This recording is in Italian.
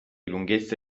lunghezza